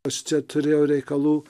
aš čia turėjau reikalų